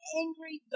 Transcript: angry